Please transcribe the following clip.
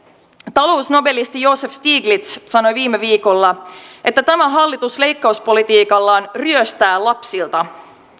talousnobelisti joseph stiglitz sanoi viime viikolla että tämä hallitus leikkauspolitiikallaan ryöstää lapsilta